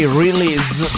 release